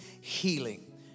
healing